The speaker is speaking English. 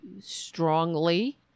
strongly